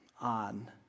on